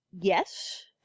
Yes